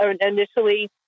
initially